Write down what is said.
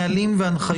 מה הצעת החוק אומרת?